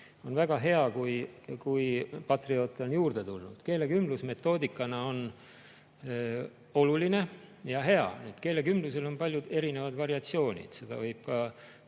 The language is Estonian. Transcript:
On väga hea, kui patrioote on juurde tulnud. Keelekümblusmetoodika on oluline ja hea. Keelekümblusel on palju erinevaid variatsioone, seda võib ka